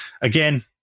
Again